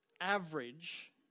average